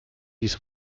ließ